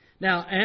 Now